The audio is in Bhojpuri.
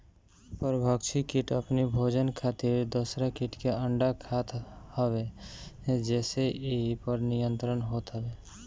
परभक्षी किट अपनी भोजन खातिर दूसरा किट के अंडा खात हवे जेसे इ पर नियंत्रण होत हवे